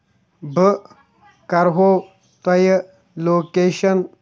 بہٕ کَر ہو تۄہہ لوکیشن